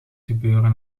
gebeuren